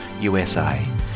USA